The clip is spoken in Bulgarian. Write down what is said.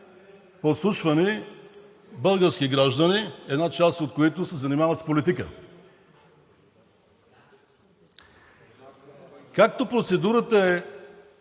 подслушвани български граждани, една част от които се занимават с политика. Както процедурата